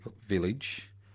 village